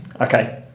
Okay